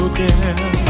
girl